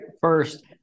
first